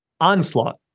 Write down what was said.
onslaught